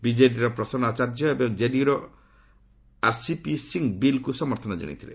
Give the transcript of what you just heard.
ବିଜେଡିର ପ୍ରସନ୍ନ ଆଚାର୍ଯ୍ୟ ଏବଂ କେଡିୟୁର ଆର୍ସିପି ସିଂ ବିଲ୍କୁ ସମର୍ଥନ ଜଣାଇଥିଲେ